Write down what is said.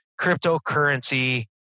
cryptocurrency